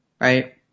right